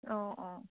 অঁ অঁ